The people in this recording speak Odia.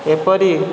ଏପରି